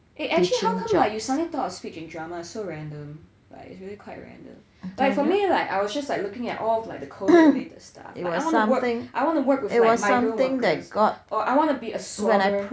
eh actually how come like you suddenly thought of speech and drama it's so random like it's really quite random like for me like I was just like looking all of like the colour coordinated stuff I want to work I want to work like migrant workers or I want to be a swabber